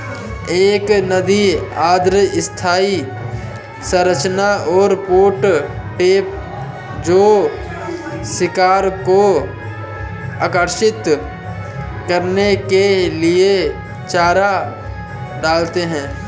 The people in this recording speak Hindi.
एक नदी अर्ध स्थायी संरचना और पॉट ट्रैप जो शिकार को आकर्षित करने के लिए चारा डालते हैं